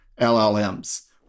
llms